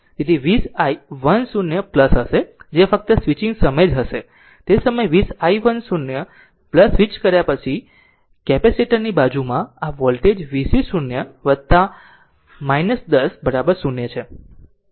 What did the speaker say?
તેથી તે 20 i 1 0 હશે જે ફક્ત સ્વિચિંગ સમયે જ છે તે સમયે 20 i 1 0 સ્વિચ કર્યા પછી કેપેસિટર ની આ બાજુમાં આ વોલ્ટેજ vc 0 10 બરાબર 0 છે